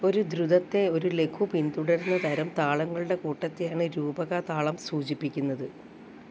ഒരു ദ്രുതത്തെ ഒരു ലഘു പിന്തുടരുന്ന തരം താളങ്ങളുടെ കൂട്ടത്തെയാണ് രൂപകാ താളം സൂചിപ്പിക്കുന്നത്